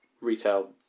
retail